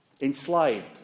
Enslaved